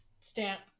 stamp